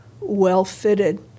well-fitted